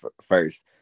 first